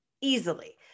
easily